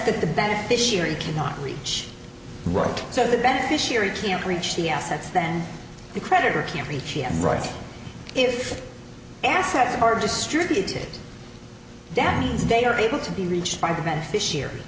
assets the beneficiary cannot reach right so the beneficiary can't reach the assets then the creditor can't reach him right if assets are distributed down means they are able to be reached by the beneficiary